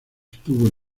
estuvo